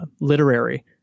literary